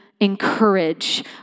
encourage